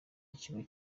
w’ikigo